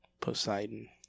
poseidon